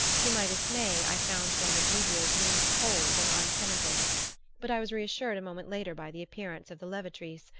to my dismay i found don egidio's room cold and untenanted but i was reassured a moment later by the appearance of the levatrice,